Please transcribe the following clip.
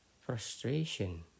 frustration